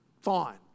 Fine